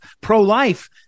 pro-life